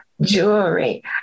jewelry